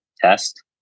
test